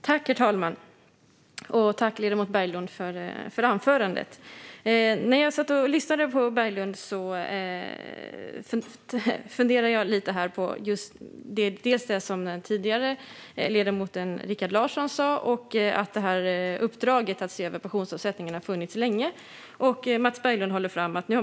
Herr talman! Tack, ledamoten Berglund, för anförandet! När jag lyssnade på Mats Berglund funderade jag lite, dels på det som Rikard Larsson sa tidigare om att uppdraget att se över pensionsavsättningarna har funnits länge och dels på det som Mats Berglund förde fram.